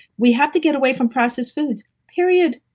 we have to get away from processed foods period.